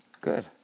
Good